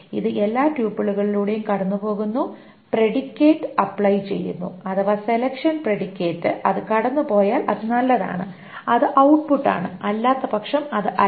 ഇത് എല്ലാ ട്യൂപ്പിളുകളിലൂടെയും കടന്നുപോകുന്നു പ്രെഡിക്കേറ്റ് അപ്ലൈ ചെയ്യുന്നു അഥവാ സെലെക്ഷൻ പ്രെഡിക്കേറ്റ് അത് കടന്നുപോയാൽ അത് നല്ലതാണ് അത് ഔട്ട്പുട്ട് ആണ് അല്ലാത്തപക്ഷം അത് അല്ല